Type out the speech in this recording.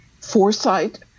foresight